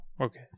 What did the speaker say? Okay